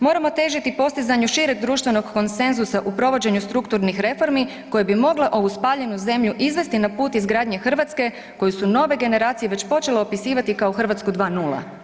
Moramo težiti postizanju šireg društvenog konsenzusa u provođenju strukturnih reformi koje bi mogle ovu spaljenu zemlju izvesti na put izgradnje Hrvatske koju su nove generacije već počele opisivati kao Hrvatsku 2:0.